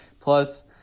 Plus